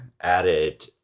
added